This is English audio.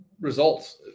results